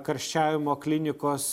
karščiavimo klinikos